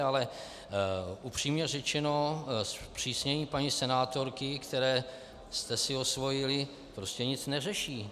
Ale upřímně řečeno, zpřísnění paní senátorky, které jste si osvojili, nic neřeší.